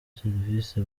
serivisi